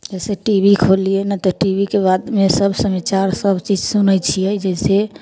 जैसे T V खोललीयै ने तऽ टीवी के बादमे सब समाचार सब चीज सुनै छियै जैसे